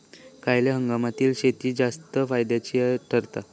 खयल्या हंगामातली शेती जास्त फायद्याची ठरता?